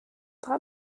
dra